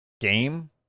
game